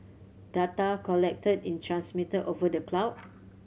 data collected is transmitted over the cloud